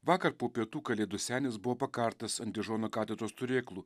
vakar po pietų kalėdų senis buvo pakartas ant dižono katedros turėklų